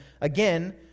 again